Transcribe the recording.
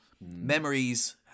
memories